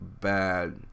bad